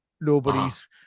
nobody's